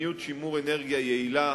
מדיניות שימור אנרגיה יעילה,